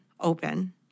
open